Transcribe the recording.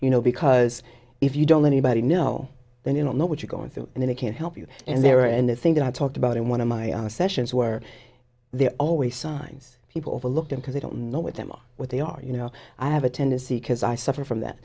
you know because if you don't anybody know then you don't know what you're going through and they can't help you and they were and the thing that i talked about in one of my sessions were there always signs people overlook them because they don't know with them what they are you know i have a tendency because i suffer from that